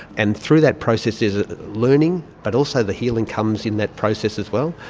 and through that process is learning but also the healing comes in that process as well,